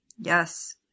Yes